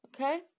okay